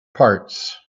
parts